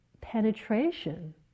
penetration